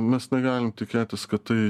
mes negalim tikėtis kad tai